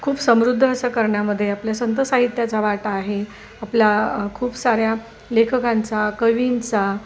खूप समृद्ध असं करण्यामध्ये आपल्या संत साहित्याचा वाटा आहे आपल्या खूप साऱ्या लेखकांचा कवींचा